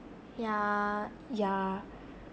yeah yeah